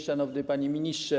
Szanowny Panie Ministrze!